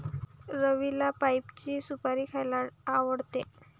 रवीला पाइनची सुपारी खायला आवडते